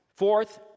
Fourth